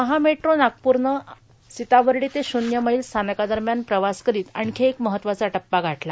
महामेट्रो नागपूरनं काल सीताबर्डी ते शून्य मैल स्थानकादरम्यान प्रवास करीत आणखी एक महत्वाचा टप्पा गाठला